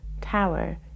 Tower